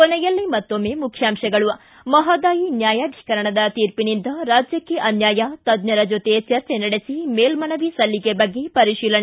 ಕೊನೆಯಲ್ಲಿ ಮತ್ತೊಮ್ಬೆ ಮುಖ್ಯಾಂಶಗಳು ಿ ಮಹದಾಯಿ ನ್ಯಾಯಾಧೀಕರಣದ ತೀರ್ಪಿನಿಂದ ರಾಜ್ಯಕ್ಷೆ ಅನ್ಯಾಯ ತಜ್ಞರ ಜತೆ ಚರ್ಚೆ ನಡೆಸಿ ಮೇಲ್ಮನವಿ ಸಲ್ಲಿಕೆ ಬಗ್ಗೆ ಪರಿಶೀಲನೆ